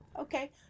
Okay